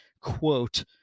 quote